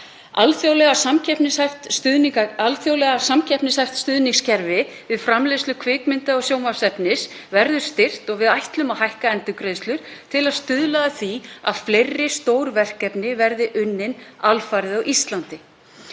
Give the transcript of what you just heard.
Alþjóðlega samkeppnishæft stuðningskerfi við framleiðslu kvikmynda og sjónvarpsefnis verður styrkt og við ætlum að hækka endurgreiðslur til að stuðla að því að fleiri stór verkefni verði unnin alfarið á Íslandi.